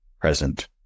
present